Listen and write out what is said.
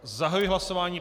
Zahajuji hlasování.